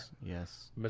Yes